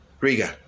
Riga